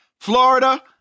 Florida